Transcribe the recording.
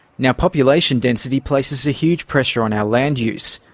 now population density places a huge pressure on our land use,